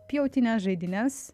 pjautynes žaidynes